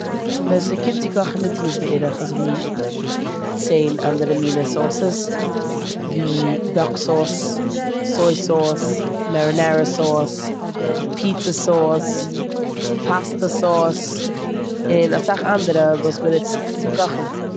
ווען ס'קומט צו קאכן נוצן אונז אזויווי צען אנדערע מינע סאוסעס ווי דאק סאוס, סוי סאוס, מערינערע סאוס, פיצא סאוס, פאסטא סאוס, און אסאך אנדערע וואס מ'נוצט צום קאכן.